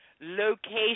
location